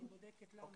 אני בודקת למה.